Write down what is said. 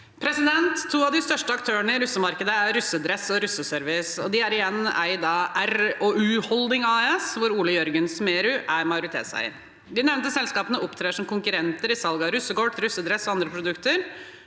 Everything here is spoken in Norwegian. To av de største ak- tørene i russemarkedet er Russedress og Russeservice, og de er igjen eid av R&U Holding AS, hvor Ole Jørgen Smedsrud er majoritetseier. De nevnte selskapene opptrer som konkurrenter i salg av russekort, russedress og andre produkter,